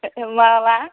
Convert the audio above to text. माब्ला